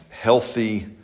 healthy